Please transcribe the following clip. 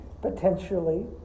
potentially